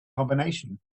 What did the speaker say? combination